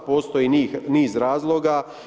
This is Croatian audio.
Postoji niz razloga.